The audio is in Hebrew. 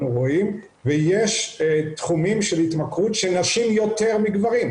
רואים ויש תחומים של התמכרות של נשים יותר מגברים,